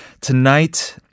tonight